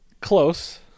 close